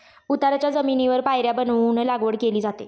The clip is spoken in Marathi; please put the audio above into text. उताराच्या जमिनीवर पायऱ्या बनवून लागवड केली जाते